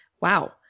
wow